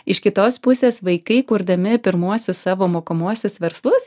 iš kitos pusės vaikai kurdami pirmuosius savo mokomuosius verslus